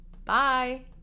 Bye